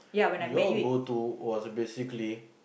your go to was basically